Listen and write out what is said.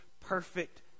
perfect